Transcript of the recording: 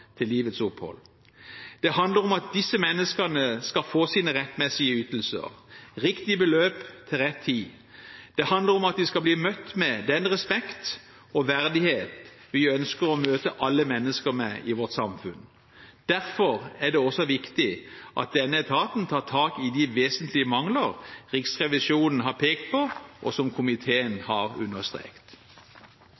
til livets opphold. Det handler om at disse menneskene skal få sine rettmessige ytelser, riktig beløp til rett tid. Det handler om at de skal bli møtt med den respekt og verdighet vi ønsker å møte alle mennesker med i vårt samfunn. Derfor er det også viktig at denne etaten tar tak i de vesentlige mangler Riksrevisjonen har pekt på, og som komiteen